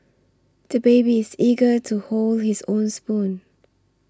the baby is eager to hold his own spoon